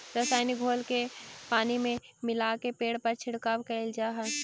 रसायनिक घोल के पानी में मिलाके पेड़ पर छिड़काव कैल जा हई